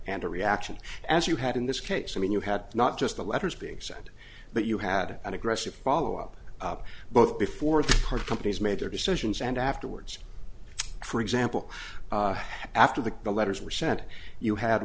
and a reaction as you had in this case i mean you had not just the letters being said but you had an aggressive follow up both before the card companies made their decisions and afterwards for example after the the letters were sent you had